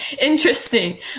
Interesting